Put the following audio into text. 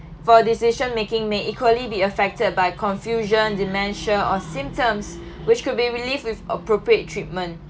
for decision making may equally be affected by confusion dementia or symptoms which could be relieved with appropriate treatment